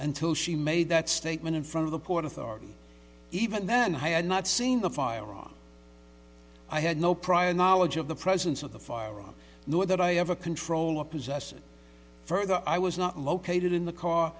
until she made that statement in front of the port authority even then i had not seen the firearm i had no prior knowledge of the presence of the firearm nor that i have a control or possess it further i was not located in the